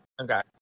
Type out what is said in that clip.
Okay